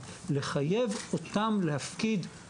בוקר טוב,